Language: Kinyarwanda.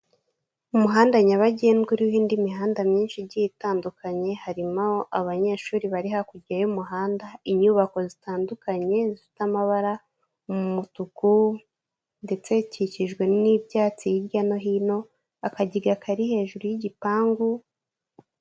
Umuhanda nyabagendwa uriho indi mihanda myinshi igiye itandukanye harimo aho abanyeshuri bari hakurya y'umuhanda inyubako zitandukanye zifite amabara mu mutuku ndetse zikikijwe n'ibyatsi hirya no hino akagiga kari hejuru y'igipangu.